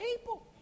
people